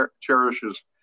cherishes